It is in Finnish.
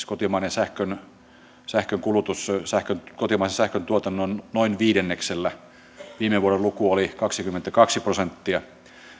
kotimainen sähkönkulutus ylittää kotimaisen sähköntuotannon noin viidenneksellä viime vuoden luku oli kaksikymmentäkaksi prosenttia